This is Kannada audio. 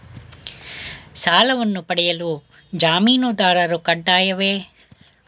ಸಾಲವನ್ನು ಪಡೆಯಲು ಜಾಮೀನುದಾರರು ಕಡ್ಡಾಯವೇ?